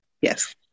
Yes